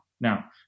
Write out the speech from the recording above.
Now